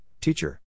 teacher